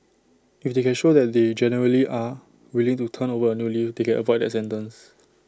if they can show that they genuinely are willing to turn over A new leaf they can avoid that sentence